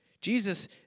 Jesus